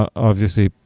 obviously,